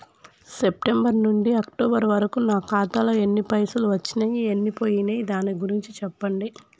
September నుంచి October వరకు నా ఖాతాలో ఎన్ని పైసలు వచ్చినయ్ ఎన్ని పోయినయ్ దాని గురించి చెప్పండి?